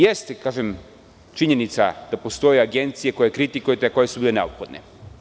Jeste činjenica da postoje agencije koje kritikujete, a koje su bile neophodne.